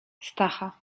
stacha